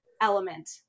Element